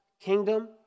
Kingdom